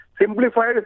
Simplified